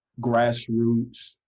grassroots